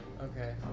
Okay